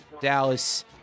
Dallas